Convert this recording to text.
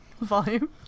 Volume